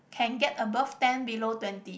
can get above ten below twenty